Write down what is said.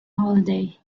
holiday